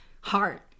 heart